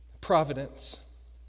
providence